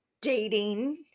dating